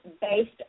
based